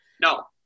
No